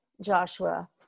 Joshua